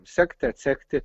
sekti atsekti